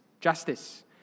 justice